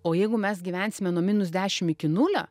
o jeigu mes gyvensime nuo minus dešim iki nulio